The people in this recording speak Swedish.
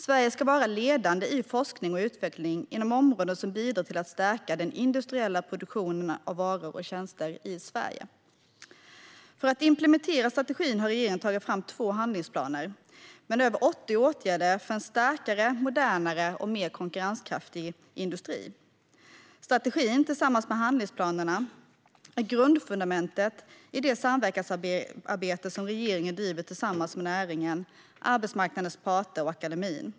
Sverige ska vara ledande i forskning och utveckling inom områden som bidrar till att stärka den industriella produktionen av varor och tjänster i Sverige. För att implementera strategin har regeringen tagit fram två handlingsplaner med över 80 åtgärder för en starkare, modernare och mer konkurrenskraftig industri. Strategin tillsammans med handlingsplanerna är grundfundamentet i det samverkansarbete som regeringen driver tillsammans med näringen, arbetsmarknadens parter och akademin.